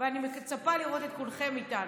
ואני מצפה לראות את כולכם איתנו.